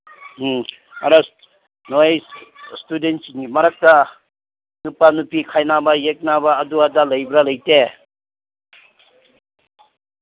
ꯎꯝ ꯑꯗ ꯅꯣꯏ ꯏꯁꯇꯨꯗꯦꯟꯁꯤꯡꯒꯤ ꯃꯔꯛꯇ ꯅꯨꯄꯥ ꯅꯨꯄꯤ ꯈꯥꯏꯅꯕ ꯌꯦꯛꯅꯕ ꯑꯗꯨ ꯑꯗꯥ ꯂꯩꯕ꯭ꯔꯥ ꯂꯩꯇꯦ